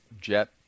jet